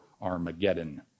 Armageddon